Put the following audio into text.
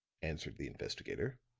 answered the investigator.